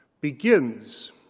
begins